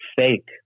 fake